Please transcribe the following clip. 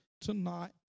tonight